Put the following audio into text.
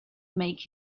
make